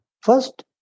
First